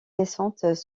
descentes